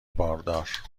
باردار